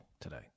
today